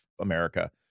America